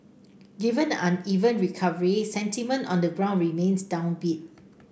given the uneven recovery sentiment on the ground remains downbeat